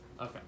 Okay